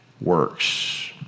works